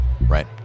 right